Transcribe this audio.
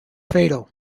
fatal